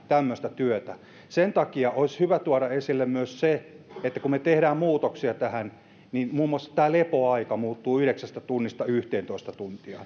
tämmöistä työtä sen takia olisi hyvä tuoda esille myös se että kun me teemme muutoksia tähän niin muun muassa lepoaika muuttuu yhdeksästä tunnista yhteentoista tuntiin